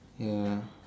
ya